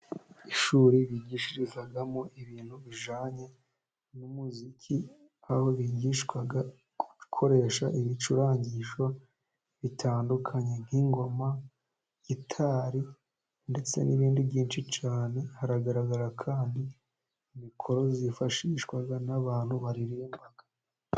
Ishuri bigishirizamo ibintu bijyanye n'umuziki, aho bigishwa gukoresha ibicurangisho bitandukanye nk'ingoma, gitari ndetse n'ibindi byinshi cyane, haragaragara kandi mikoro zifashishwa n'abantu baririmba.